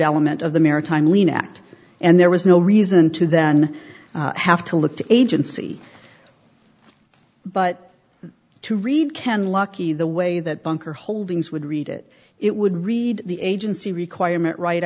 element of the maritime lien act and there was no reason to then have to look to agency but to read ken lucky the way that bunker holdings would read it it would read the agency requirement right